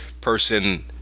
person